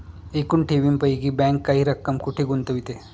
एकूण ठेवींपैकी बँक काही रक्कम कुठे गुंतविते?